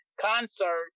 Concert